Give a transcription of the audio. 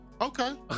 Okay